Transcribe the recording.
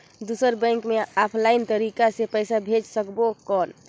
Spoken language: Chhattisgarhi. दुसर बैंक मे ऑफलाइन तरीका से पइसा भेज सकबो कौन?